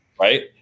Right